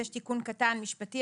יש תיקון קטן משפטי,